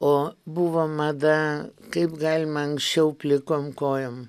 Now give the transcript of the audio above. o buvo mada kaip galima anksčiau plikom kojom